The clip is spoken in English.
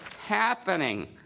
happening